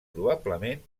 probablement